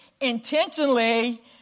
intentionally